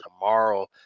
tomorrow